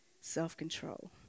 self-control